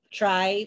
try